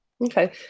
Okay